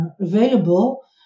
available